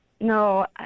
No